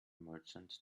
merchant